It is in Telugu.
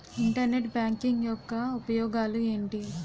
ఇంటర్నెట్ బ్యాంకింగ్ యెక్క ఉపయోగాలు ఎంటి?